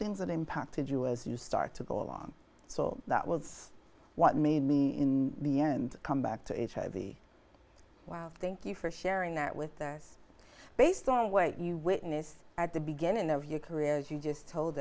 things that impacted you as you start to go along so that was what made me in the end come back to hiv wow thank you for sharing that with this based on weight you witnessed at the beginning of your career as you just told